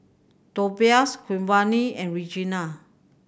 Tobias Giovanny and Reginal